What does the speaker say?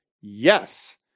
yes